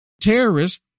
terrorists